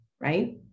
right